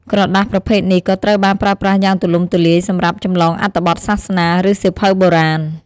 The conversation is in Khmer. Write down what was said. ក្រដាសប្រភេទនេះក៏ត្រូវបានប្រើប្រាស់យ៉ាងទូលំទូលាយសម្រាប់ ចម្លងអត្ថបទសាសនា ឬសៀវភៅបុរាណ។